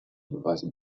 beweise